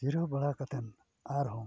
ᱡᱤᱨᱟᱹᱣ ᱵᱟᱲᱟ ᱠᱟᱛᱮᱱ ᱟᱨ ᱦᱚᱸ